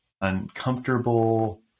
uncomfortable